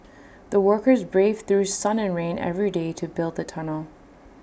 the workers braved through sun and rain every day to build the tunnel